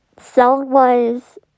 sound-wise